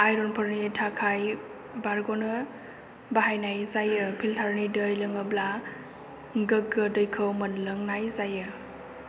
iron फोरनि थाखाय बारग'नो बाहायनाय जायो फिलतार नि दै लोङोब्ला गोग्गो दैखौ मोनलोंनाय जायो